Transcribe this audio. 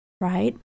right